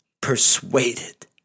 persuaded